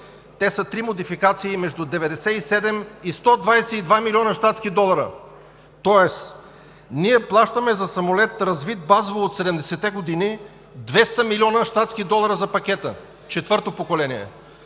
те са три модификации между 97 и 122 млн. щатски долара. Тоест ние плащаме за самолет, развит базово от 70-те години, 200 млн. щатски долара за пакета четвърто поколение.